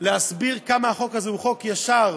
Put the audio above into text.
להסביר כמה החוק הזה הוא חוק ישר,